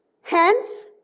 Hence